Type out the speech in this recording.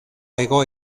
hego